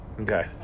Okay